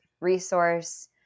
resource